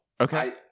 Okay